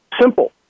Simple